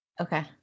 Okay